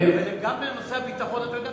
גם בנושא הביטחון אתה יודע,